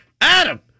Adam